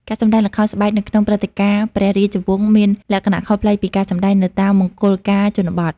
ការសម្តែងល្ខោនស្បែកនៅក្នុងព្រឹត្តិការណ៍ព្រះរាជវង្សមានលក្ខណៈខុសប្លែកពីការសម្តែងនៅតាមមង្គលការជនបទ។